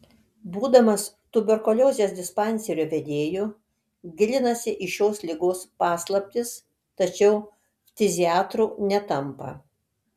būdamas tuberkuliozės dispanserio vedėju gilinasi į šios ligos paslaptis tačiau ftiziatru netampa